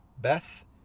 Beth